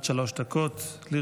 בבקשה, עד שלוש דקות לרשותך.